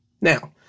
Now